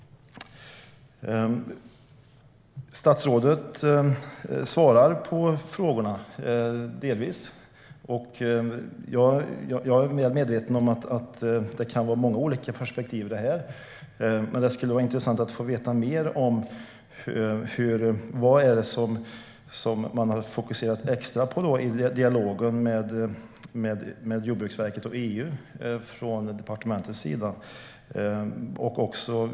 Statsrådet svarar delvis på frågorna. Jag är väl medveten om att det kan vara många olika perspektiv i det här, men det skulle vara intressant att få veta mer: Vad har man fokuserat extra på i dialogen med Jordbruksverket och EU från departementets sida?